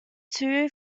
two